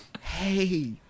hey